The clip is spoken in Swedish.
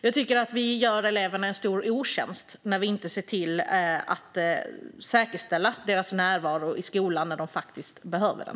Jag tycker att vi gör eleverna en stor otjänst när vi inte ser till att säkerställa deras närvaro i skolan när de faktiskt behöver den.